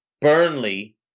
Burnley